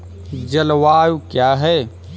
जलवायु क्या है?